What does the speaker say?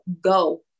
go